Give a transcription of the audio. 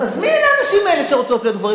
אז מי אלה הנשים האלה שרוצות להיות גברים?